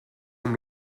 amb